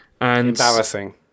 Embarrassing